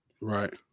Right